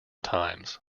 times